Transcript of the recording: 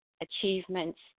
achievements